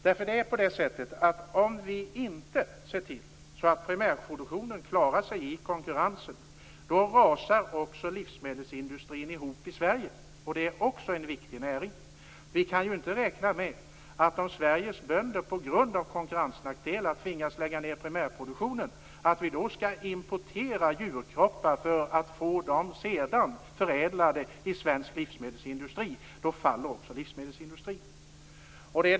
Om vi inte ser till att primärproduktionen klarar sig i konkurrensen rasar även livsmedelsindustrin ihop i Sverige, och det är också en viktig näring. Om Sveriges bönder på grund av konkurrensnackdelar tvingas lägga ned primärproduktionen kan vi inte räkna med att vi skall importera djurkroppar för att sedan få dem förädlade i svensk livsmedelsindustri. Då faller också livsmedelsindustrin.